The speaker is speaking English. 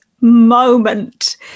moment